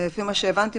לפי מה שהבנתי,